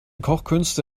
kochkünste